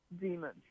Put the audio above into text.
demons